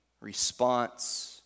response